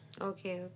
Okay